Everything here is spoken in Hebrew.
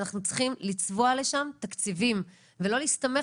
אנחנו צריכים לצבוע לשם תקציבים ולא להסתמך